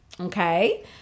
Okay